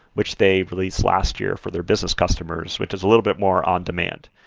which they've released last year for their business customers, which is a little bit more on demand.